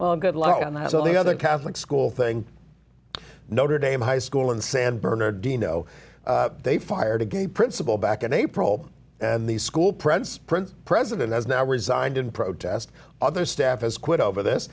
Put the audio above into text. well good luck on the house on the other catholic school thing notre dame high school in san bernardino they fired a gay principal back in april and the school prendes prince president has now resigned in protest other staff has quit over this